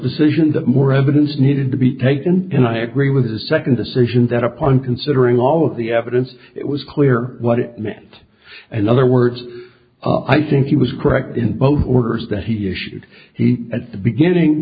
decision that more evidence needed to be taken and i agree with the second decision that upon considering all of the evidence it was clear what it meant and other words i think he was correct in both orders that he issued he at the beginning